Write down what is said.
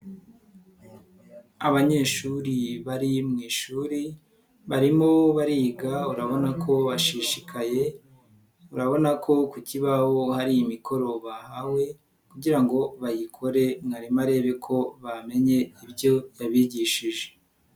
Abanyeshuri bari mu ishuri barimo bariga urabona ko bashishikaye urabona ko ku kibaho hari imikoro bahawe kugira ngo bayikore mwarimu arebe ko bamenye ibyo yabigishije.